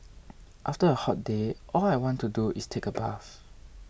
after a hot day all I want to do is take a bath